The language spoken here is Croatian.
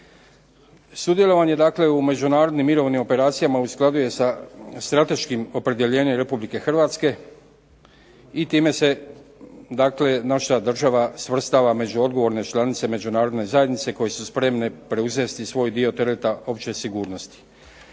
Sudjelovanje u međunarodnim mirovnih operacijama u skladu se sa strateškim opredjeljenjem Republike Hrvatske, i time se naša država svrstava u odgovorne članice međunarodne zajednice koji su spremni preuzeti svoj dio opće sigurnosti.